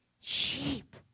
sheep